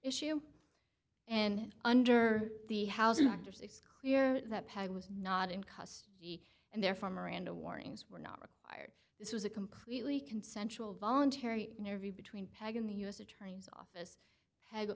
issue and under the housing market it's clear that peg was not in custody and therefore miranda warnings were not required this was a completely consensual voluntary interview between pegan the u s attorney's office had